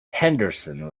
henderson